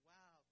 Wow